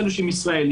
אלה שהם ישראלים,